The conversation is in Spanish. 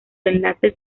enlaces